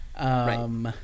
Right